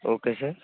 okay sir